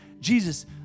Jesus